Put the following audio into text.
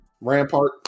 rampart